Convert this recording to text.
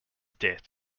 debt